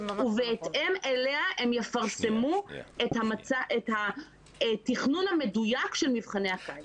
ובהתאם אליה הם יפרסמו את התכנון המדויק של מבחני הקיץ.